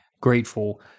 grateful